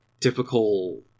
typical